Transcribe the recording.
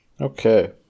Okay